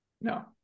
no